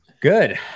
Good